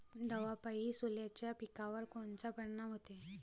दवापायी सोल्याच्या पिकावर कोनचा परिनाम व्हते?